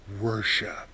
worship